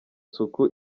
isuku